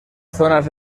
zonas